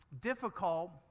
difficult